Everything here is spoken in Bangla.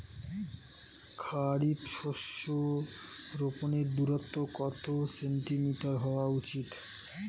খারিফ শস্য রোপনের দূরত্ব কত সেন্টিমিটার হওয়া উচিৎ?